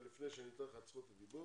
לפני שאני אתן לך את זכות הדיבור,